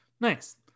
Nice